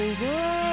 Over